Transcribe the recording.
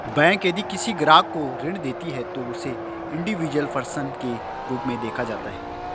bank यदि किसी ग्राहक को ऋण देती है तो उसे इंडिविजुअल पर्सन के रूप में देखा जाता है